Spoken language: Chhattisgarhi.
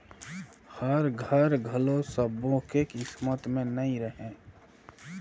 घर हर घलो सब्बो के किस्मत में नइ रहें